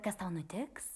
kas tau nutiks